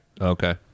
okay